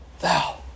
thou